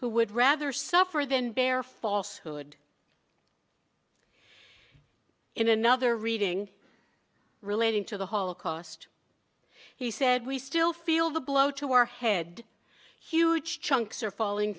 who would rather suffer than bear false hood in another reading relating to the holocaust he said we still feel the blow to our head huge chunks are falling